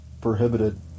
prohibited